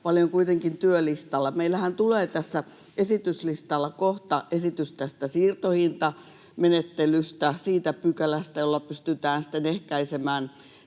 paljon kuitenkin työlistalla. Meillähän tulee tässä esityslistalla kohta esitys tästä siirtohintamenettelystä, siitä pykälästä, jolla pystytään sitten ehkäisemään